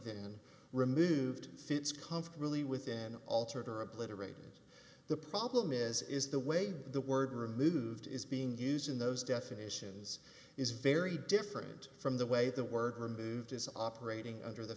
then removed fits come from really within altered or obliterated the problem is is the way the word removed is being used in those definitions is very different from the way the word removed is operating under the